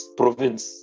province